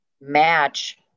match